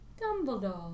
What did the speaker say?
Dumbledore